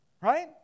Right